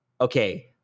okay